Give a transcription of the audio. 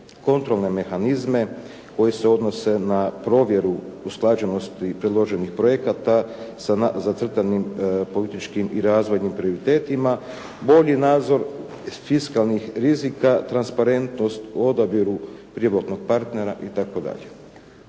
Kontrolne mehanizme koji se odnose na provjeru usklađenosti predloženih projekata sa zacrtanim političkim i razvojnim prioritetima, bolji nadzor iz fiskalnih rizika, transparentnost u odabiru privatnog partnera i